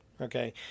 okay